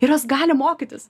ir jos gali mokytis